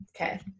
okay